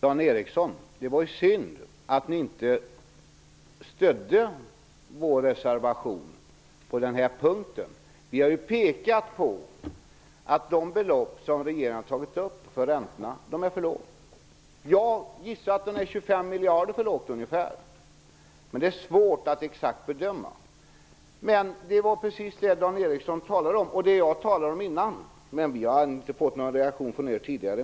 Herr talman! Det var synd att ni inte stödde vår reservation på den här punkten, Dan Eriksson. Vi har pekat på att det belopp som regeringen har tagit upp för räntorna är för lågt. Jag gissar att det är 25 miljarder för lågt, ungefär. Men det är svårt att exakt bedöma. Det som Dan Eriksson talade om var precis det jag talade om innan. Men vi har inte fått någon reaktion från er tidigare.